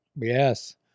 Yes